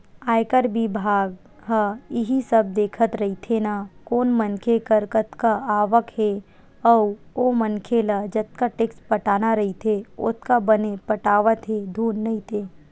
आयकर बिभाग ह इही सब देखत रहिथे ना कोन मनखे कर कतका आवक हे अउ ओ मनखे ल जतका टेक्स पटाना रहिथे ओतका बने पटावत हे धुन नइ ते